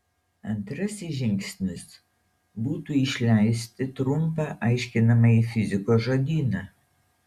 antrasis žingsnis būtų išleisti trumpą aiškinamąjį fizikos žodyną